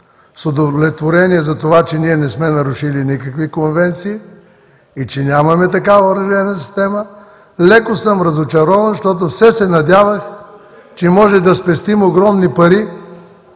С удовлетворение за това, че ние не сме нарушили никакви конвенции и че нямаме такава оръжейна система. Леко съм разочарован, защото все се надявах, че може да спестим огромни пари